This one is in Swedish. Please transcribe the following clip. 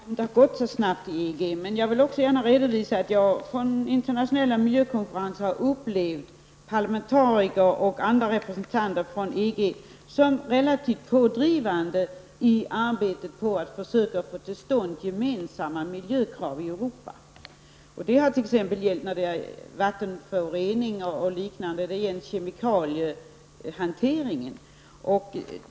Herr talman! Jag kan hålla med om att det finns områden där det kanske inte har gått så snabbt i EG, men jag vill gärna också redovisa att jag på internationella miljökonferenser har upplevt parlamentariker och andra representanter från EG som har varit relativt pådrivande i arbetet med att försöka få till stånd gemensamma miljökrav i Europa. Detta har t.ex. gällt vattenföroreningar och liknande, och det har gällt kemikaliehanteringen.